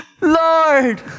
Lord